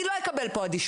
אני לא אקבל פה אדישות.